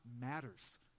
matters